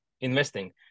investing